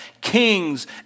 kings